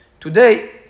Today